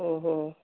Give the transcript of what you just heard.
ஓஹோ